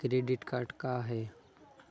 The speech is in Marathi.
क्रेडिट कार्ड का हाय?